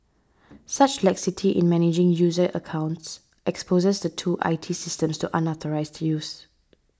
such laxity in managing user accounts exposes the two I T systems to unauthorised used